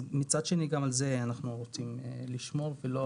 אז גם על זה אנחנו רוצים לשמור ולא